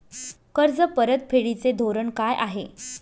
कर्ज परतफेडीचे धोरण काय आहे?